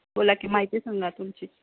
बोला की माहिती सांगा तुमची